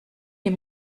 les